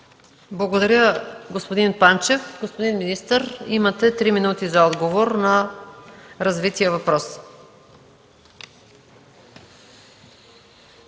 Благодаря, господин Панчев. Господин министър, имате 3 минути за отговор на развития въпрос.